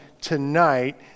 tonight